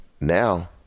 now